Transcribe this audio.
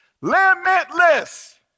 limitless